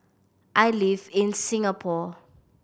I live in Singapore